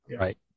Right